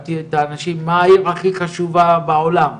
שאלתי את האנשים מה העיר הכי חשובה בעולם?